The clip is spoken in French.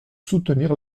soutenir